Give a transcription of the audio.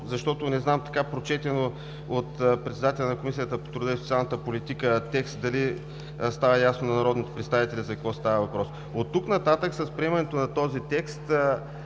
защото не знам от така прочетения от председателя на Комисията по труда, социалната и демографската политика текст дали става ясно на народните представители за какво става въпрос. Оттук нататък с приемането на този текст